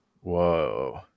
Whoa